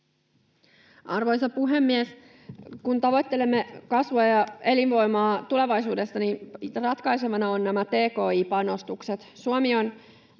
Arvoisa puhemies! Kun tavoittelemme kasvua ja elinvoimaa tulevaisuudessa, niin ratkaisevia ovat nämä tki-panostukset. Suomi on